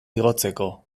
igotzeko